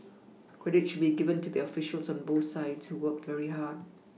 credit should be given to the officials on both sides who worked very hard